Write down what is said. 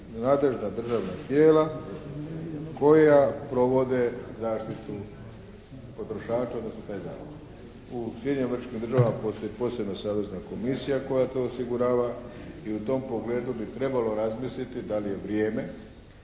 nadležna državna tijela koja provode zaštitu potrošača, odnosno taj zakon. U Sjedinjenim Američkim Državama postoji posebna Savezna komisija koja to osigurava i u tom pogledu bi trebalo razmisliti da li je vrijeme